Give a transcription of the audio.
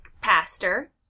pastor